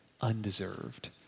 Undeserved